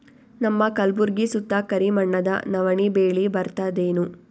ನಮ್ಮ ಕಲ್ಬುರ್ಗಿ ಸುತ್ತ ಕರಿ ಮಣ್ಣದ ನವಣಿ ಬೇಳಿ ಬರ್ತದೇನು?